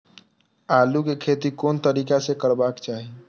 आलु के खेती कोन तरीका से करबाक चाही?